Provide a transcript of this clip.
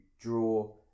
draw